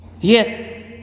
Yes